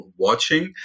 watching